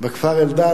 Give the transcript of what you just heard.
בכפר-אלדד,